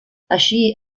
així